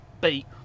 beat